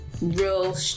real